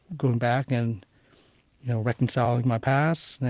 going back, and you know reconciling my past,